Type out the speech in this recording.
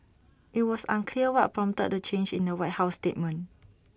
IT was unclear what prompted the change in the white house statement